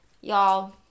y'all